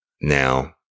Now